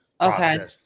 okay